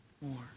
more